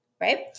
right